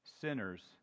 sinners